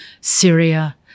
Syria